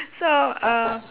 so uh